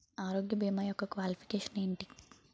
ఆరోగ్య భీమా యెక్క క్వాలిఫికేషన్ ఎంటి?